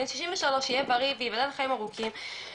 יהיה בריא וייבדל לחיים ארוכים,